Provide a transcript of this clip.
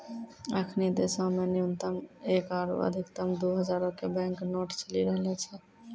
अखनि देशो मे न्यूनतम एक आरु अधिकतम दु हजारो के बैंक नोट चलि रहलो छै